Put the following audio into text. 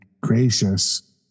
gracious